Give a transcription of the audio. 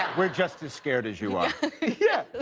we're just as scared as you are. yeah